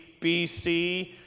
BC